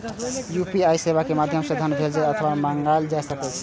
UPI सेवा के माध्यम सं धन भेजल अथवा मंगाएल जा सकैए